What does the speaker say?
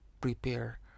prepare